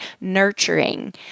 nurturing